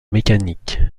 mécanique